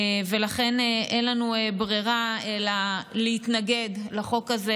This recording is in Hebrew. ולכן אין לנו ברירה אלא להתנגד לחוק הזה,